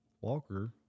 walker